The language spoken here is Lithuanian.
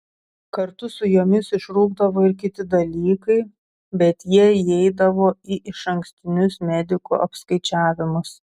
kartu su jomis išrūkdavo ir kiti dalykai bet jie įeidavo į išankstinius medikų apskaičiavimus